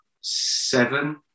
seven